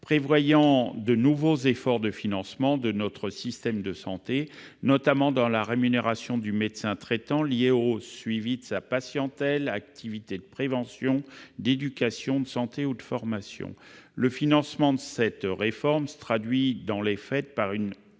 prévoyait de nouveaux efforts de financement de notre système de santé, notamment dans la rémunération du médecin traitant liée au suivi de sa patientèle et des activités de prévention, d'éducation à la santé ou de formation. Le financement de cette réforme se traduit dans les faits par une